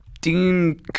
Dean